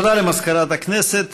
תודה למזכירת הכנסת.